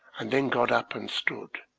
and then got up and stood,